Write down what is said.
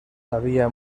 había